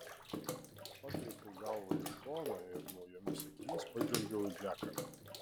pakreipiau galvą į šoną ir naujomis akimis pažvelgiau į džeką